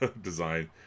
design